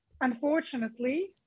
unfortunately